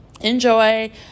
enjoy